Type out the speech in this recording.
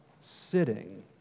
sitting